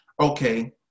okay